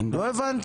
אני לא מבין.